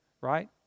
right